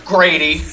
Grady